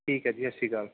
ਠੀਕ ਹੈ ਜੀ ਸਤਿ ਸ਼੍ਰੀ ਅਕਾਲ